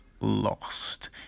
lost